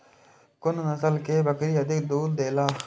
कुन नस्ल के बकरी अधिक दूध देला?